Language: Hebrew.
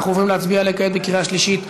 אנחנו עוברים להצביע עליה כעת בקריאה שלישית.